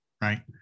right